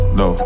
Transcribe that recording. no